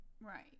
Right